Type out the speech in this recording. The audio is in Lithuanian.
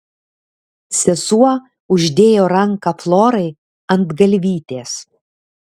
sesuo uždėjo ranką florai ant galvytės